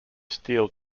steel